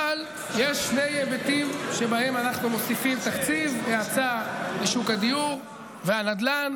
אבל יש שני היבטים שבהם אנחנו מוסיפים תקציב האצה לשוק הדיור והנדל"ן.